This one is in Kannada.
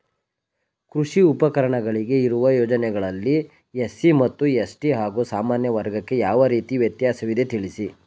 ಕೃಷಿ ಉಪಕರಣಗಳಿಗೆ ಇರುವ ಯೋಜನೆಗಳಲ್ಲಿ ಎಸ್.ಸಿ ಮತ್ತು ಎಸ್.ಟಿ ಹಾಗೂ ಸಾಮಾನ್ಯ ವರ್ಗಕ್ಕೆ ಯಾವ ರೀತಿ ವ್ಯತ್ಯಾಸವಿದೆ ತಿಳಿಸಿ?